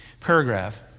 paragraph